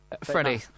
Freddie